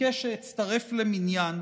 ביקש שאצטרף למניין.